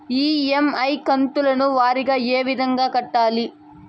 EMI కంతుల వారీగా ఏ విధంగా కట్టాలి